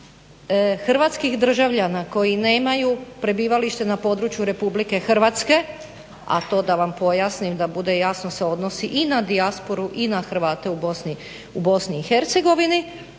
hrvatskih državljana koji nemaju prebivalište na području RH a to da vam pojasnim da bude jasno se odnosi i na dijasporu i na Hrvate u BIH. stav